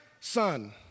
son